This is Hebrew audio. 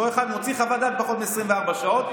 אותו אחד מוציא חוות דעת בפחות מ-24 שעות.